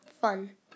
Fun